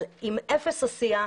עם אפס עשייה.